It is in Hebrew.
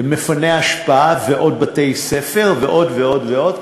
מפינוי אשפה ועוד בתי-ספר ועוד ועוד ועוד,